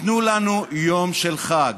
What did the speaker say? תנו לנו יום של חג.